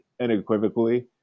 unequivocally